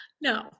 No